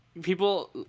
People